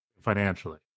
Financially